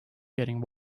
getting